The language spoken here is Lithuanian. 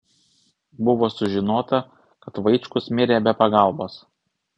buvo sužinota kad vaičkus mirė be pagalbos